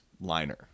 liner